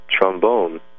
trombone